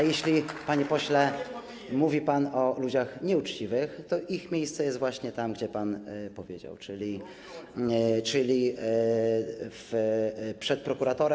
A jeśli, panie pośle, mówi pan o ludziach nieuczciwych, to ich miejsce jest właśnie tam, gdzie pan powiedział, czyli przed prokuratorem.